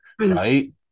Right